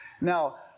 Now